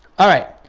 alright,